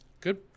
Good